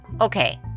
Okay